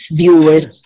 viewers